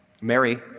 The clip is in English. Mary